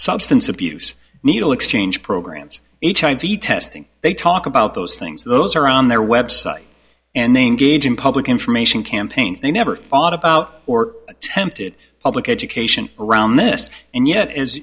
substance abuse needle exchange programs hiv testing they talk about those things those are on their website and they engage in public information campaigns they never thought about or attempted public education around this and yet as